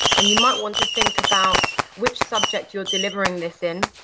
and you might want to think about which subject you're delivering this in,